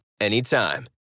anytime